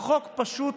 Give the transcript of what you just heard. החוק פשוט